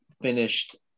finished